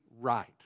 right